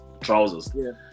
trousers